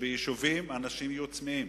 שביישובים אנשים יהיו צמאים,